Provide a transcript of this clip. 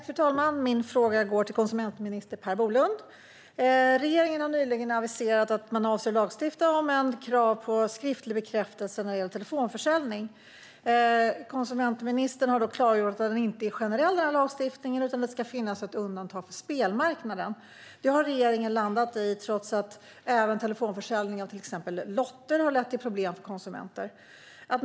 Fru talman! Min fråga går till konsumentminister Per Bolund. Regeringen har nyligen aviserat att man avser att lagstifta om ett krav på skriftlig bekräftelse när det gäller telefonförsäljning. Konsumentministern har då klargjort att lagstiftningen inte är generell, utan det ska finnas ett undantag för spelmarknaden. Detta har regeringen landat i trots att även telefonförsäljning av till exempel lotter har lett till problem för konsumenter.